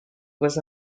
was